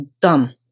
dumb